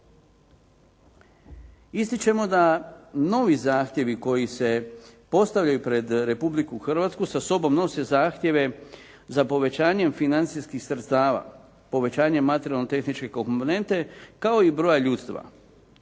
Ističemo da novi zahtjevi koji se postavljaju pred Republiku Hrvatsku sa sobom nose zahtjeve za povećanjem financijskih sredstava, povećanjem materijalno-tehničke komponente, kao i broja ljudstva.